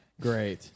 Great